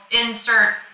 insert